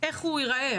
איך הוא ייראה?